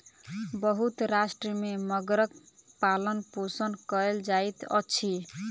बहुत राष्ट्र में मगरक पालनपोषण कयल जाइत अछि